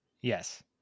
Yes